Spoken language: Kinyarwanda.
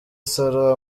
salon